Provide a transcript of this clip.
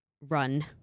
run